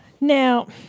Now